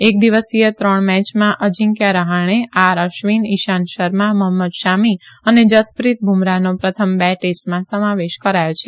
એક દિવસીય ત્રણ મેચમાં અજીંકયા રહાણે આર અશ્વીન ઈશાંત શર્મા મહંમદ શામી અને જસપ્રિત બુમરાહનો પ્રથમ બે ટેસ્ટમાં સમાવેશ થયો છે